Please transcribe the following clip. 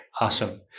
Awesome